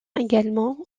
également